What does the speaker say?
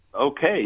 okay